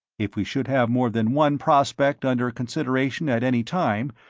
if we should have more than one prospect under consideration at any time,